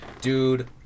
Dude